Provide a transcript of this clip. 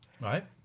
Right